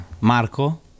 Marco